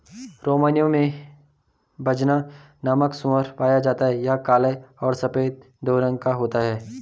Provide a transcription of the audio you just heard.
Romania में Bazna नामक सूअर पाया जाता है यह काला और सफेद दो रंगो का होता है